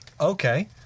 Okay